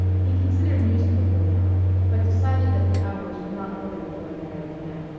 he considered newspaper work but decided that the hours were not ordered for a married man.